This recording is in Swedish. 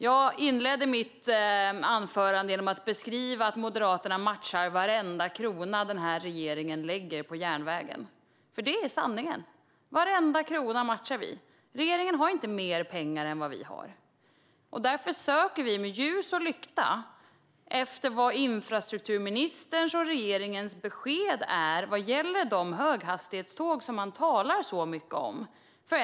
Jag inledde mitt anförande med att beskriva att Moderaterna matchar varenda krona den här regeringen lägger på järnvägen. Det är sanningen. Regeringen har inte mer pengar än vad vi har. Därför söker vi med ljus och lykta efter infrastrukturministerns och regeringens besked vad gäller de höghastighetståg som man talar så mycket om.